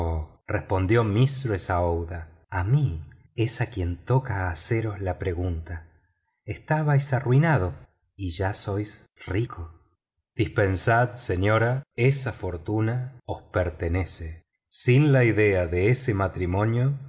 respondió mistress aouida a mí es a quien toca haceros la pregunta estabais arruinado y ya sois rico dispensad señora esa fortuna os pertenece sin la idea de ese matrimonio